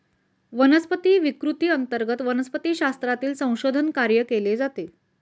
वनस्पती विकृती अंतर्गत वनस्पतिशास्त्रातील संशोधन कार्य केले जाते